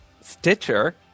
Stitcher